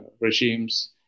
regimes